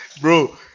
bro